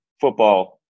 football